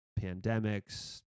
pandemics